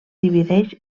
divideix